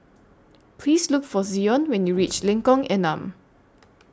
Please Look For Zion when YOU REACH Lengkong Enam